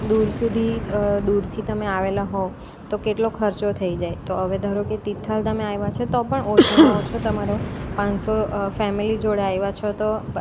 દૂર સુધી દૂરથી તમે આવેલા હોવ તો કેટલો ખર્ચો થઈ જાય તો હવે ધારો કે તિથલ તમે આવ્યા છો તો પણ ઓછામાં ઓછો તમારો પાંચસો ફેમલી જોડે આવ્યા છો તો